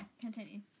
continue